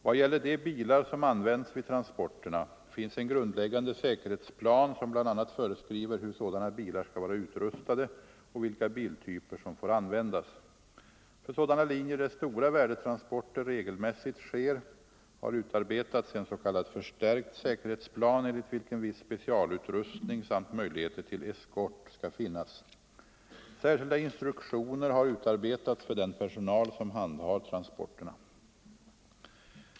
Vad gäller de bilar som används vid transporterna finns en grundläggande säkerhetsplan, som bl.a. föreskriver hur sådana bilar skall vara utrustade och vilka biltyper som får användas. För sådana linjer där stora värdetransporter regelmässigt sker har utarbetats en s.k. förstärkt säkerhetsplan, enligt vilken viss specialutrustning samt möjligheter till eskort skall finnas. Särskilda instruktioner har utarbetats för den personal som handhar transporterna.